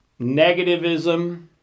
negativism